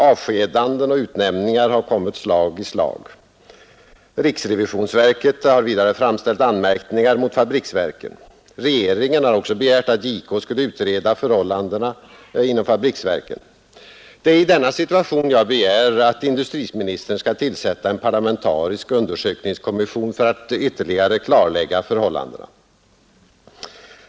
Avskedanden och utnämningar har kommit slag i slag. Riksrevisionsverket har vidare framställt anmärkningar mot fabriksverken. Regeringen har också begärt att JK skulle utreda förhållandena i fabriksverken. Det är i denna situation som jag begär att industriministern skall tillsätta en parlamentarisk undersökningskommission för att klarlägga förhållandena.